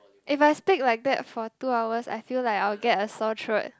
if I speak like that for two hours I feel like I'll get a sore throat